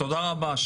תודה רבה,